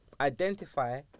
identify